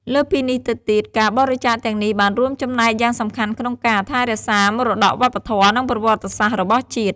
លើសពីនេះទៅទៀត ការបរិច្ចាគទាំងនេះបានរួមចំណែកយ៉ាងសំខាន់ក្នុងការ ថែរក្សាមរតកវប្បធម៌ និងប្រវត្តិសាស្ត្រ របស់ជាតិ។